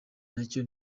nacyo